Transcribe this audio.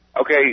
Okay